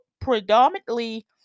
predominantly